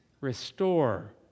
restore